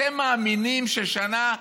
אתם מאמינים ששנה,